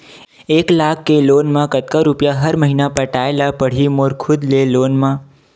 एक लाख के लोन मा कतका रुपिया हर महीना पटाय ला पढ़ही मोर खुद ले लोन मा?